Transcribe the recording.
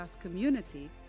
community